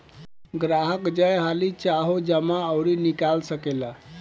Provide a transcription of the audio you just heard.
ग्राहक जय हाली चाहो जमा अउर निकाल सकेला